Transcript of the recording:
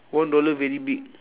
one dollar very big